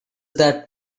that